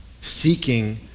seeking